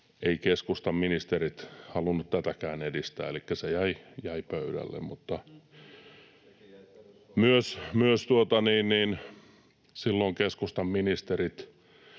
keskustan ministerit halunneet tätäkään edistää, elikkä se jäi pöydälle. [Välihuuto] Silloin keskustan ministerit...